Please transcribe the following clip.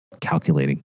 calculating